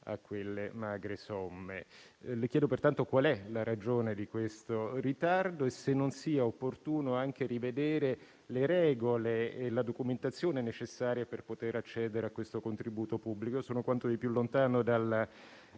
a quelle magre somme. Le chiedo, pertanto, qual è la ragione di questo ritardo e se non sia opportuno anche rivedere le regole e la documentazione necessaria per poter accedere a questo contributo pubblico. Sono quanto di più lontano